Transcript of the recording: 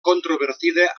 controvertida